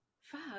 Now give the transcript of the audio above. Fuck